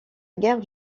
guerre